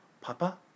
Papa